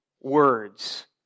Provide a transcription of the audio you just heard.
words